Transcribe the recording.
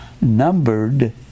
numbered